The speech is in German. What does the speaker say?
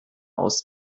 aus